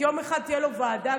יום אחד תהיה גם לו ועדה.